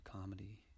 comedy